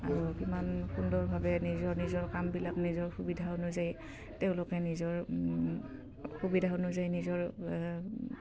আৰু কিমান সুন্দৰভাৱে নিজৰ নিজৰ কামবিলাক নিজৰ সুবিধা অনুযায়ী তেওঁলোকে নিজৰ সুবিধা অনুযায়ী নিজৰ